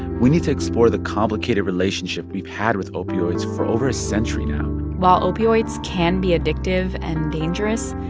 we need to explore the complicated relationship we've had with opioids for over a century now while opioids can be addictive and dangerous,